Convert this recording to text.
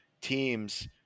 teams –